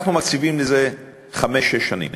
אנחנו מקציבים לזה חמש-שש שנים.